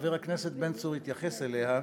שחבר הכנסת בן צור התייחס אליה,